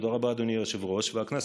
תודה רבה, אדוני היושב-ראש והכנסת.